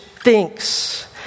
thinks